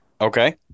Okay